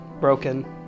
broken